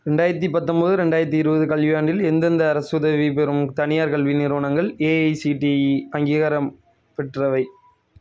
ரெண்டாயிரத்தி பத்தொம்போது ரெண்டாயிரத்தி இருபது கல்வியாண்டில் எந்தெந்த அரசுதவி பெறும் தனியார் கல்வி நிறுவனங்கள் ஏஐசிடிஇ அங்கீகாரம் பெற்றவை